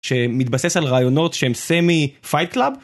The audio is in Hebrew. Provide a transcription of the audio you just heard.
שמתבסס על רעיונות שהם semi fight club